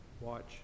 Watch